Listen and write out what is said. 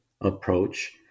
approach